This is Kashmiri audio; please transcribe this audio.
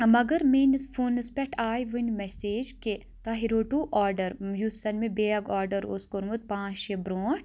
مَگر میٲنِس فونَس پؠتھ آے وٕنۍ مؠسیج کہِ تۄہہِ روٚٹو آرڈر یُس زَن مےٚ بیگ آرڈر اوس کۆرمُت پانٛژھ شےٚ برونٹھ